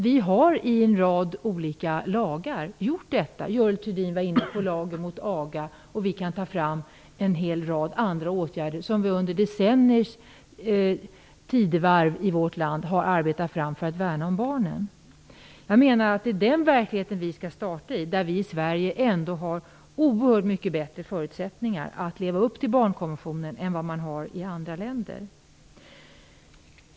Vi har i en rad olika lagar gjort detta. Görel Thurdin tog upp lagen mot aga, och vi kan ta fram en hel rad andra åtgärder som vi i vårt land under decennier har arbetat fram för att värna om barnen. Det är den verklighet som vi skall starta i. Vi har ändå i Sverige oerhört mycket bättre förutsättningar att leva upp till barnkonventionen än vad man har i andra länder.